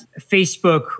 Facebook